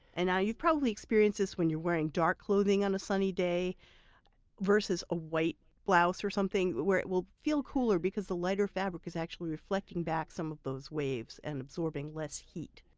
and you've probably experienced this when you're wearing dark clothing on a sunny day versus a white blouse or something where it will feel cooler. the lighter fabric is actually reflecting back some of those waves and absorbing less heat.